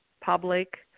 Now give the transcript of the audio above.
public